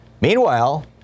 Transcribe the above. meanwhile